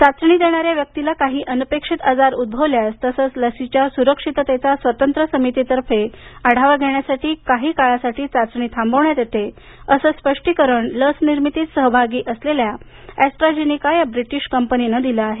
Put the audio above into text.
चाचणी देणाऱ्या व्यक्तीला काही अनपेक्षित आजार उद्भवल्यास तसंच लसीच्या सुरक्षिततेचा स्वतंत्र समितीतर्फे आढावा घेण्यासाठी काही काळासाठी चाचणी थांबवण्यात येते असं स्पष्टीकरण लसनिर्मितीत सहभागी असलेल्या ऍस्ट्राझिनिका या ब्रिटीश कंपनीनं दिलं आहे